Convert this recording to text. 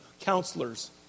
Counselors